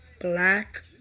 black